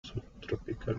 subtropical